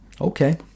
Okay